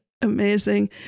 amazing